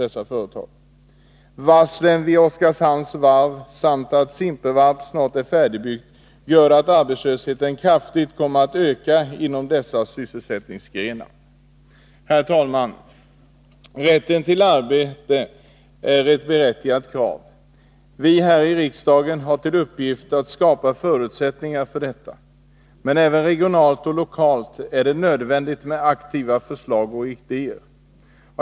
Varslen vid Oskarshamns varv samt det förhållandet att Simpevarp snart är färdigbyggt gör vidare att arbetslösheten kommer att öka kraftigt inom dessa sysselsättningsgrenar. Herr talman! Rätten till arbete är ett berättigat krav. Vi här i riksdagen har till uppgift att skapa förutsättningar för att tillgodose detta. Men sysselsättningsskapande förslag och idéer måste arbetas fram även regionalt och lokalt.